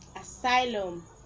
Asylum